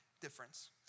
difference